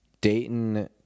Dayton